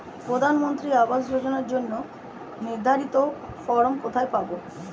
প্রধানমন্ত্রী আবাস যোজনার জন্য নির্ধারিত ফরম কোথা থেকে পাব?